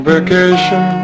vacation